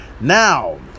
Now